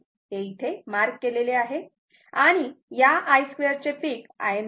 हे इथे मार्क केलेले आहे आणि या i2 चे पिक Im2 आहे